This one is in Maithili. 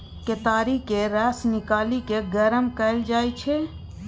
केतारीक रस निकालि केँ गरम कएल जाइ छै